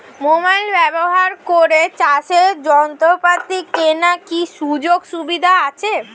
Mobile ব্যবহার করে চাষের যন্ত্রপাতি কেনার কি সুযোগ সুবিধা আছে?